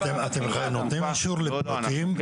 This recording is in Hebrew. אתם נותנים אישור לפרטיים, לדוגמה?